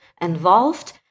involved